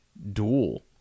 duel